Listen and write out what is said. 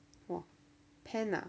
!wah! pen ah